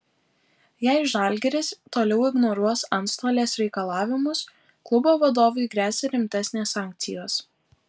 jei žalgiris toliau ignoruos antstolės reikalavimus klubo vadovui gresia rimtesnės sankcijos